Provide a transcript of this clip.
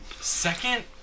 second